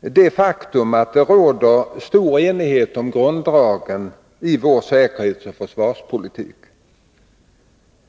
det faktum att det råder stor enighet om grunddragen i vår säkerhetsoch försvarspolitik.